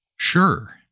Sure